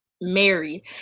married